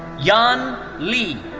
yan li.